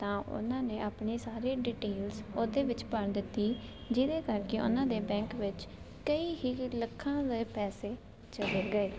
ਤਾਂ ਉਹਨਾਂ ਨੇ ਆਪਣੇ ਸਾਰੇ ਡਿਟੇਲਸ ਉਹਦੇ ਵਿੱਚ ਭਰ ਦਿੱਤੀ ਜਿਹਦੇ ਕਰਕੇ ਉਹਨਾਂ ਦੇ ਬੈਂਕ ਵਿੱਚ ਕਈ ਹੀ ਲੱਖਾਂ ਦੇ ਪੈਸੇ ਚਲੇ ਗਏ